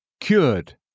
Cured